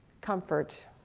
Comfort